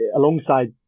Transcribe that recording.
alongside